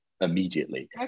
immediately